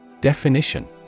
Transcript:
Definition